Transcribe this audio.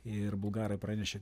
ir bulgarai pranešė